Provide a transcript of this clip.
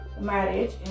marriage